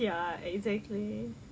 ya exactly